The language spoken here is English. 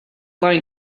line